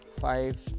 five